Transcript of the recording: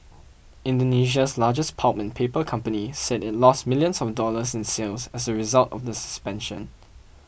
Indonesia's largest pulp and paper company said it lost millions of dollars in sales as a result of the suspension